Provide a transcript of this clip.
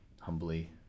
humbly